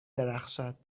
درخشد